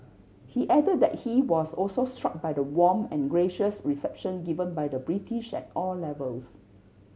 he added that he was also struck by the warm and gracious reception given by the British at all levels